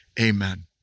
Amen